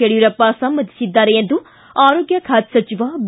ಯಡಿಯೂರಪ್ಪ ಸಮ್ಮತಿಸಿದ್ದಾರೆ ಎಂದು ಆರೋಗ್ಯ ಖಾತೆ ಸಚಿವ ಬಿ